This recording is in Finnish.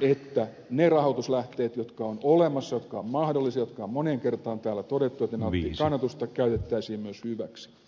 että ne rahoituslähteet jotka ovat olemassa jotka ovat mahdollisia jotka on moneen kertaan täällä todettu että ne nauttivat kannatusta käytettäisiin myös hyväksi